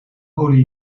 olie